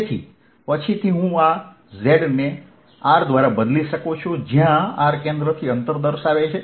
તેથી પછીથી હું આ Z ને r દ્વારા બદલી શકું છું જ્યાં r કેન્દ્રથી અંતર દર્શાવે છે